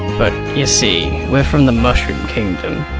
but you see, we're from the mushroom kingdom,